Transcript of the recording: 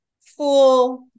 full